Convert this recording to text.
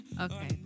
Okay